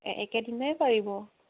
একেদিনাই পাৰিব